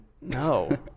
No